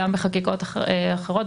גם בחקיקות אחרות,